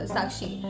Sakshi